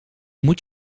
moet